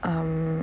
um